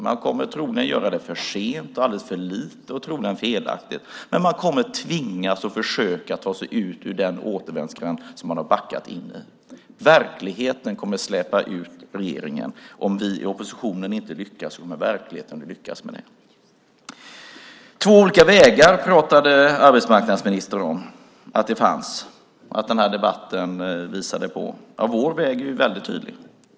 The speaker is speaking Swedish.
Man kommer troligen att göra det för sent, alldeles för lite och felaktigt, men man kommer att tvingas att försöka ta sig ut ur den återvändsgränd som man har backat in i. Verkligheten kommer att släpa ut regeringen. Om vi i oppositionen inte lyckas kommer verkligheten att lyckas med det. Två olika vägar pratade arbetsmarknadsministern om att det fanns och att den här debatten visar på. Ja, vår väg är väldigt tydlig.